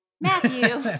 matthew